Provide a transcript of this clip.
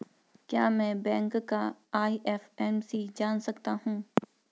क्या मैं बैंक का आई.एफ.एम.सी जान सकता हूँ?